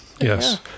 yes